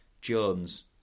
Jones